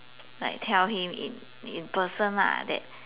like tell him in in person lah that